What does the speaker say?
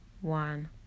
one